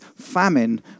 famine